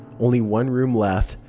only one room left.